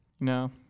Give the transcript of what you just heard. No